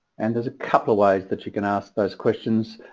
and there's a couple ways that you can ask those questions.